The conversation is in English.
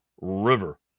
River